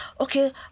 okay